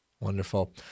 Wonderful